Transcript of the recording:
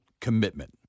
commitment